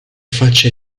faccia